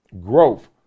growth